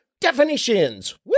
definitions